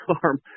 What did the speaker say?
farm